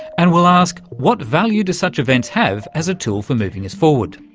and we'll ask what value do such events have as a tool for moving us forward?